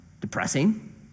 depressing